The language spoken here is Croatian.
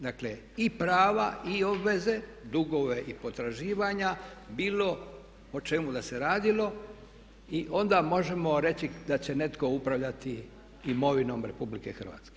Dakle, i prava i obveze, dugove i potraživanja bilo o čemu da se radilo i onda možemo reći da će netko upravljati imovinom RH.